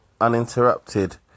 uninterrupted